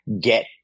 get